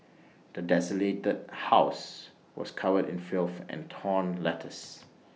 the desolated house was covered in filth and torn letters